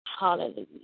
Hallelujah